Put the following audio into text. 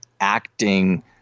acting